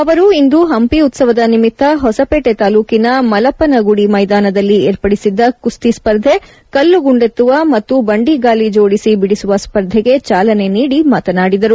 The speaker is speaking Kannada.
ಅವರು ಇಂದು ಹಂಪಿ ಉತ್ಸವದ ನಿಮಿತ್ತ ಹೊಸಪೇಟೆ ತಾಲೂಕಿನ ಮಲಪನಗುಡಿ ಮೈದಾನದಲ್ಲಿ ಏರ್ಪಡಿಸಿದ್ದ ಕುಸ್ತಿ ಸ್ಪರ್ಧೆ ಕಲ್ಲು ಗುಂಡೆತ್ತುವ ಮತ್ತು ಬಂಡಿಗಾಲಿ ಜೋಡಿಸಿ ಬಿಡಿಸುವ ಸ್ಪರ್ಧೆಗೆ ಚಾಲನೆ ನೀಡಿ ಮಾತನಾಡಿದರು